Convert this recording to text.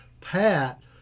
Pat –